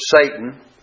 Satan